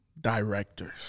directors